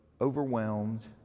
overwhelmed